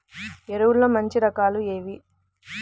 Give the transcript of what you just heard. ఎరువుల్లో మంచి రకాలు ఏవి?